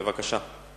בבקשה.